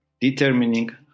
determining